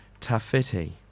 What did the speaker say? Taffetti